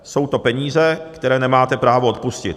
Jsou to peníze, které nemáte právo odpustit.